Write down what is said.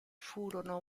furono